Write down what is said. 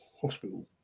hospital